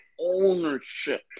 ownership